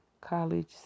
college